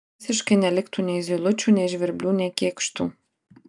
visiškai neliktų nei zylučių nei žvirblių nei kėkštų